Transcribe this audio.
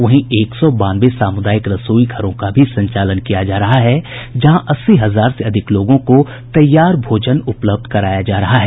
वहीं एक सौ बानवे सामुदायिक रसोई घरों का भी संचालन किया जा रहा है जहां अस्सी हजार से अधिक लोगों को तैयार भोजन उपलब्ध कराया जा रहा है